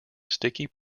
sticky